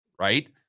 right